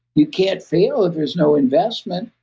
you can't fail if there's no investment.